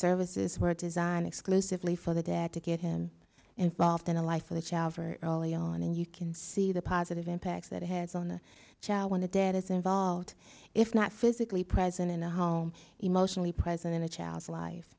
services were designed exclusively for the dad to get him involved in a life with a child early on and you can see the positive impact that it has on the child when the dad is involved if not physically present in the home emotionally present in a child's life